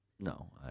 No